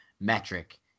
metric